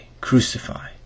Crucify